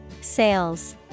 Sales